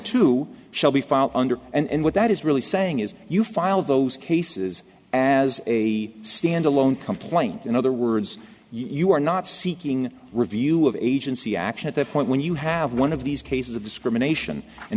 two shall be filed under and what that is really saying is you file those cases as a standalone complaint in other words you are not seeking review of agency action at that point when you have one of these cases of discrimination and